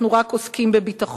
אנחנו רק עוסקים בביטחון.